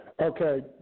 Okay